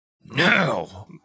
Now